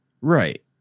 Right